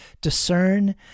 discern